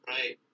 Right